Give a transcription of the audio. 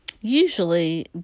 Usually